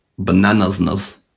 bananasness